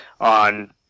on